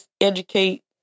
educate